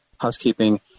housekeeping